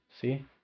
See